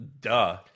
Duh